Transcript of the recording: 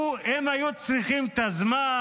הם היו צריכים את הזמן,